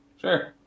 Sure